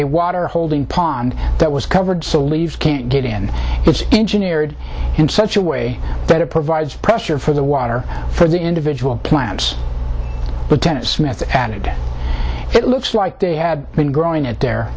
a water holding pond that was covered so leaves can't get in its engineering in such a way that it provides pressure for the water for the individual plants but then it smith added it looks like they had been growing at there